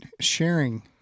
sharing